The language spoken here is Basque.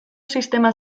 sistema